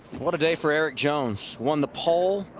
what a day for erik jones. won the pole.